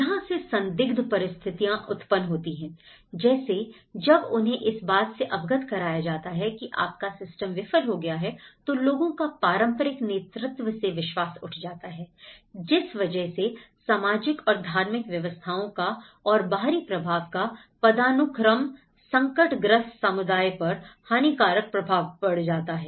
यहां से संदिग्ध परिस्थितियों उत्पन्न होती हैं जैसे जब उन्हें इस बात से अवगत कराया जाता है कि आपका सिस्टम विफल हो गया है तो लोगों का पारंपरिक नेतृत्व से विश्वास उठ जाता है जिस वजह से सामाजिक और धार्मिक व्यवस्थाओं का और बाहरी प्रभाव का पदानुक्रम संकटग्रस्त समुदाय पर हानिकारक प्रभाव बढ़ जाता है